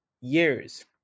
years